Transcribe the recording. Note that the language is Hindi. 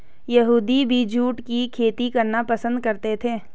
यहूदी भी जूट की खेती करना पसंद करते थे